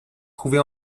trouvée